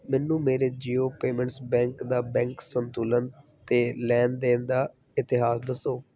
ਮੈਨੂੰ ਮੇਰੇ Jio payments bank ਦਾ ਬੈਂਕ ਸੰਤੁਲਨ ਅਤੇ ਲੈਣ ਦੇਣ ਦਾ ਇਤਿਹਾਸ ਦੱਸੋ